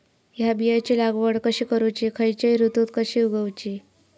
हया बियाची लागवड कशी करूची खैयच्य ऋतुत कशी उगउची?